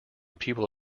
people